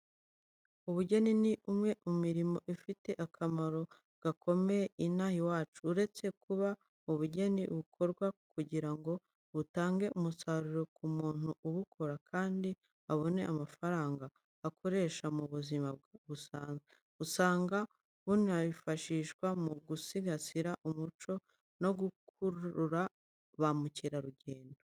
Ubugeni ni imwe mu mirimo ifite akamaro gakomeye inaha iwacu. Uretse kuba ubugeni bukorwa kugira ngo butange umusaruro ku muntu ubukora kandi abone amafaranga akoresha mu buzima busanzwe. Usanga bunifashishwa mu gusigasira umuco no gukurura ba mukerarugendo.